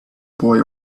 boy